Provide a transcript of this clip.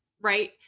right